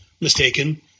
Mistaken